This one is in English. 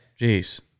Jeez